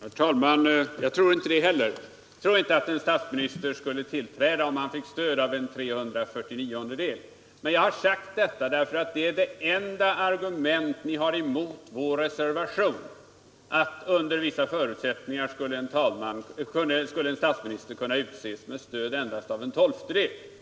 Herr talman! Jag tror inte det jag heller. Jag tror inte att en statsminister skulle bilda regering, om han fick stöd av en trehundrafyrtioniondel av riksdagen. Jag har sagt detta därför att det enda argument som ni har emot vår reservation är att en statsminister under vissa förutsättningar skulle kunna utses med stöd endast av en tolftedel av riksdagen.